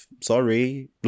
sorry